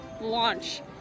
launch